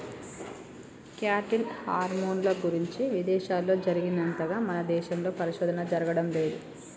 cattle హార్మోన్ల గురించి ఇదేశాల్లో జరిగినంతగా మన దేశంలో పరిశోధన జరగడం లేదు